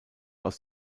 aus